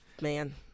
Man